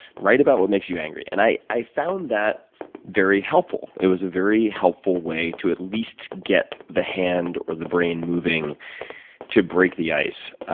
write about what makes you angry. and i i found that very helpful. it was a very helpful way to at least get the hand or the brain moving to break the ice.